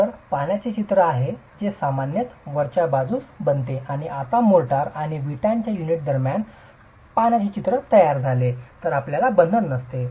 तर पाण्याचे चित्र आहे जे सामान्यत वरच्या बाजूस बनते आणि आता जर मोर्टार आणि विटांच्या युनिट दरम्यान पाण्याचे चित्र तयार झाले तर आपल्याला बंधन नसते